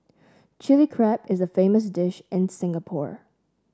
Chilli Crab is a famous dish in Singapore